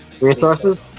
resources